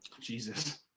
Jesus